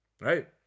right